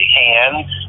hands